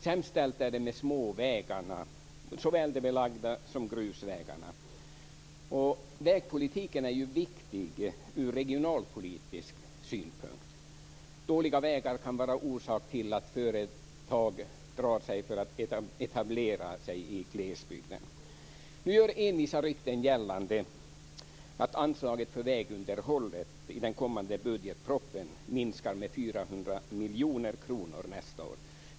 Sämst ställt är det med småvägarna, såväl de belagda som grusvägarna. Vägpolitiken är ju viktig ur regionalpolitisk synpunkt. Dåliga vägar kan vara orsak till att företag drar sig för att etablera sig i glesbygden. Nu gör envisa rykten gällande att anslaget för vägunderhåll i den kommande budgetpropositionen minskar med 400 miljoner kronor nästa år.